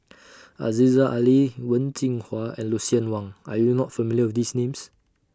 Aziza Ali Wen Jinhua and Lucien Wang Are YOU not familiar with These Names